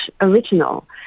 original